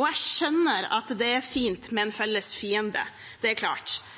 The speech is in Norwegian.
Jeg skjønner at det er fint med en felles fiende, det er klart.